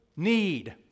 need